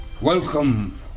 Welcome